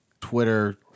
Twitter